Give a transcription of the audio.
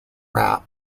rap